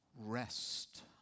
rest